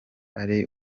ari